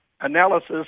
analysis